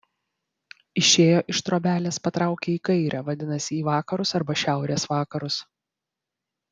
išėjo iš trobelės patraukė į kairę vadinasi į vakarus arba šiaurės vakarus